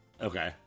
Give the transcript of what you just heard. Okay